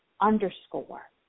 underscore